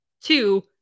two